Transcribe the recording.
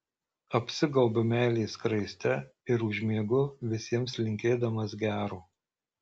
apsigaubiu meilės skraiste ir užmiegu visiems linkėdamas gero